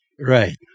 Right